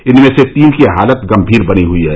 इनमें से तीन की हालत गम्भीर बनी हुयी है